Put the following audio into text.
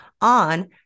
on